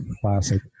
Classic